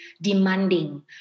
demanding